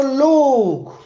look